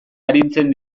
arintzen